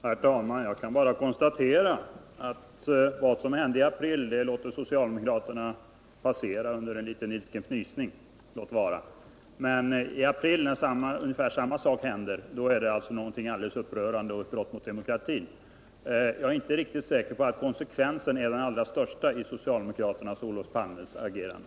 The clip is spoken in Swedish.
Herr talman! Jag kan bara konstatera att vad som hände i april låter socialdemokraterna passera, låt vara med en liten ilsken fnysning, men när ungefär samma sak hände i augusti är det någonting alldeles upprörande och ett brott mot demokratin. Jag är inte riktigt säker på att konsekvensen är den största i socialdemokraternas och Olof Palmes agerande.